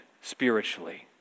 spiritually